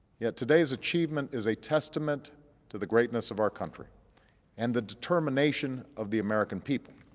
yet today's achievement is a testament to the greatness of our country and the determination of the american people.